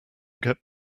get